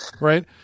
right